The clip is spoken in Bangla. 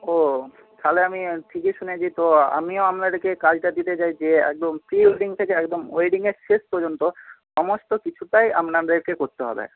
ও তাহলে আমি ঠিকই শুনেছি তো আমিও আপনারকে কাজটা দিতে চাইছি একদম প্রি ওয়েডিং থেকে একদম ওয়েডিংয়ের শেষ পর্যন্ত সমস্ত কিছুতেই আপনাদেরকে করতে হবে